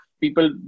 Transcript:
people